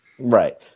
Right